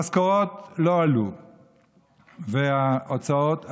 המשכורות לא עלו וההוצאות עלו.